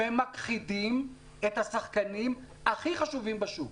ומכחידים את השחקנים הכי חשובים בשוק.